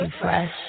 fresh